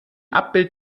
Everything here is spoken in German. abbild